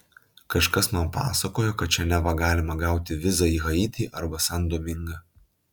kažkas man pasakojo kad čia neva galima gauti vizą į haitį arba san domingą